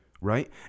Right